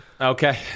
Okay